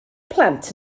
plant